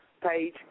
page